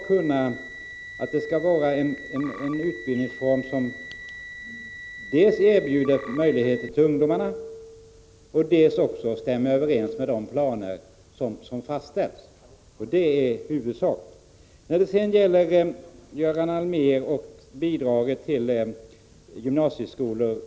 Kraven gäller alltså en utbildningsform, som dels erbjuder möjligheter för ungdomarna, dels stämmer överens med de planer som har fastställts. Det är huvudsaken. Göran Allmér talade om bidraget för utrustning till gymnasieskolor.